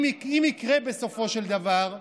אם יקרה בסופו של דבר,